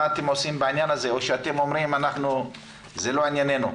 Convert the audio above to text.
מה אתם עושים בעניין הזה או שאתם אומרים שזה לא עניינכם?